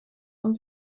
und